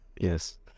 Yes